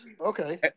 okay